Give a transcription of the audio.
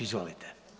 Izvolite.